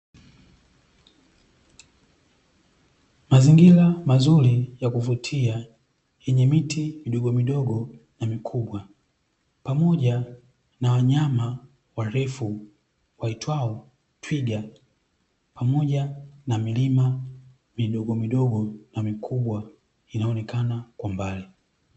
Mazingira mazuri ya kuvutia yenye miti midogomidogo na mikubwa, pamoja na wanyama warefu waitwao twiga; pamoja na milima midogomidogo na mikubwa, inaonekana kwa mbali.